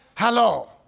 Hello